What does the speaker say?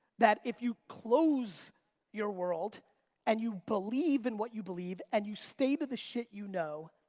that if you close your world and you believe in what you believe and you stay to the shit you know,